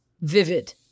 vivid